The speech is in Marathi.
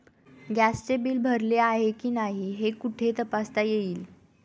गॅसचे बिल भरले आहे की नाही हे कुठे तपासता येईल?